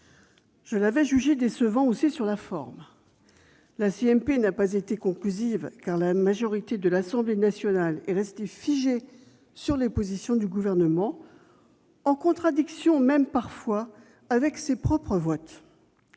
Je l'avais jugé décevant aussi sur la forme : la CMP n'a pas été conclusive, car la majorité de l'Assemblée nationale est restée figée sur les positions du Gouvernement, en contradiction parfois avec ses propres votes.